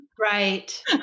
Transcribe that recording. right